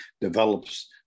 develops –